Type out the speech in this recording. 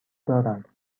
دارم